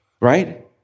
Right